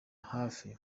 hafi